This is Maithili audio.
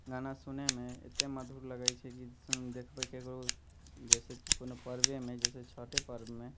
गाना सुनैमे एतेक मधुर लगै छै कि सुनऽ देखबै ककरो जइसे कि कोनो परबेमे जइसे छठे परबमे